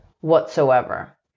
whatsoever